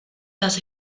dass